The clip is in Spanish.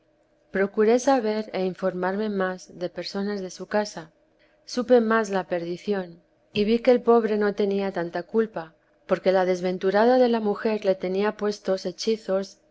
procuré saber e informarme más de personas de su casa supe más la perdición y vi que el pobre no tenía tekesa de tanta culpa porque la desventurada de la mujer le tenía puestos hechizos